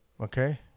Okay